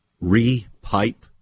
re-pipe